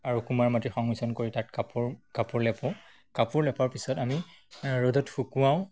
আৰু কুমাৰ মাটিৰ সংমিশ্ৰণ কৰি তাত কাপোৰ কাপোৰ লেপো কাপোৰ লেপাৰ পিছত আমি ৰ'দত শুকুৱাওঁ